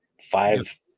five